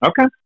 Okay